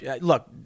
look